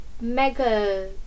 mega